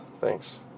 Thanks